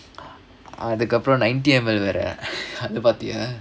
அதுக்கு அப்புறம்:athukku apparam ninety M_L வேற:vera அது பாத்தியா:athu paathiyaa